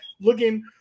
looking